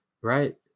right